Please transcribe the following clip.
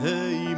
Hey